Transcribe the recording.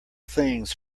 things